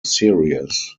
series